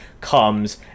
comes